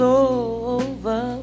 over